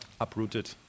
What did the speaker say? uprooted